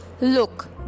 Look